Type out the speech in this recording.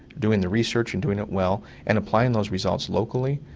doing the research and doing it well, and applying those results locally,